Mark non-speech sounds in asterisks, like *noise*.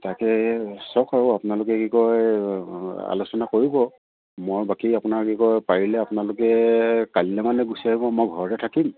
তাকে *unintelligible* চাঁওক আৰু আপোনালোকে কি কয় আলোচনা কৰিব মই বাকী আপোনাৰ কি কয় পাৰিলে আপোনালোকে কালিলে মানে গুচি আহিব মই ঘৰতে থাকিম